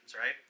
right